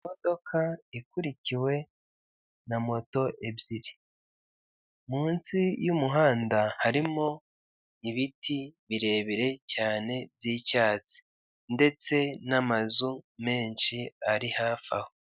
Imodoka ikurikiwe na moto ebyiri, munsi y'umuhanda harimo ibiti birebire cyane by'icyatsi ndetse n'amazu menshi ari hafi aho.